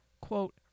quote